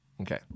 Okay